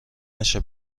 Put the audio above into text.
نشه